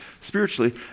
spiritually